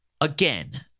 Again